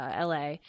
LA